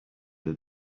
that